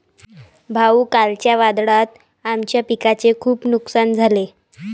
भाऊ, कालच्या वादळात आमच्या पिकाचे खूप नुकसान झाले